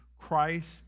Christ